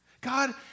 God